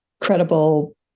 credible